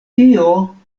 tio